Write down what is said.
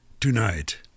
tonight